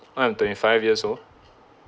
oh I'm twenty five years old